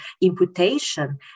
imputation